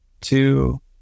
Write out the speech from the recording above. two